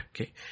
okay